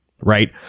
right